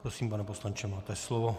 Prosím, pane poslanče, máte slovo.